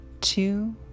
two